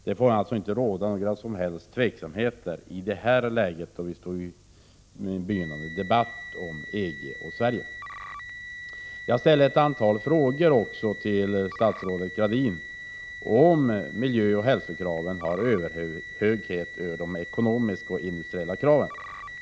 Det får i det här läget, när vi står inför en begynnande debatt om EG och Sverige, inte finnas några som helst oklarheter. Jag ställde ett antal frågor till statsrådet Gradin om huruvida miljöoch hälsokraven är viktigare än de ekonomiska och industriella kraven.